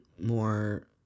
more